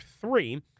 three